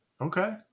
Okay